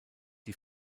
die